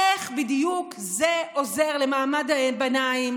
איך בדיוק זה עוזר למעמד הביניים,